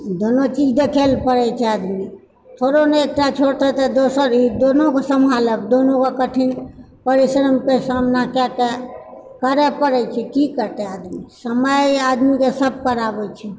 दुनू चीज देखयलऽ पड़ैत छै आदमी थोड़ो नऽ एकटा छोड़तय तऽ दोसर ई दूनूकऽ सम्हालब दूनूकऽ कठिन परिश्रमके सामना कयकऽ करय पड़ैत छै कि करतय आदमी समय आदमीकऽ सभ कराबैत छै